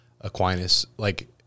Aquinas—like